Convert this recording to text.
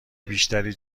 بیشتری